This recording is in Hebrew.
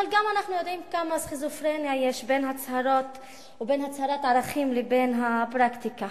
אבל אנחנו יודעים כמה סכיזופרניה יש בין הצהרת ערכים לבין הפרקטיקה.